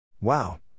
Wow